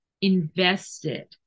Invested